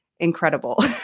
incredible